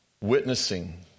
Witnessing